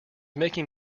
making